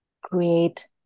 create